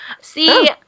See